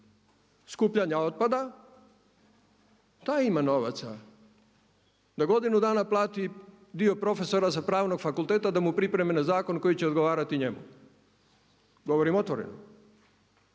skupljanja otpada taj ima novaca da godinu dana plati dio profesora sa pravnog fakulteta da mu pripremi jedan zakon koji će odgovarati njemu, govorim otvoreno.